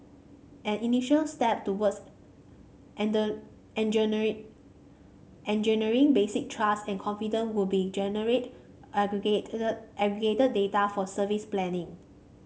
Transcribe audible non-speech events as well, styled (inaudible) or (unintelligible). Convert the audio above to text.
an initial step towards (unintelligible) engendering engendering basic trust and confident would be generate aggregated it aggregated data for service planning